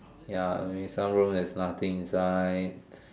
ya I mean some room has nothing inside